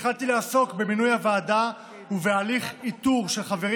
התחלתי לעסוק במינוי הוועדה ובהליך איתור של חברים